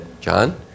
John